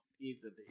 easily